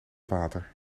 water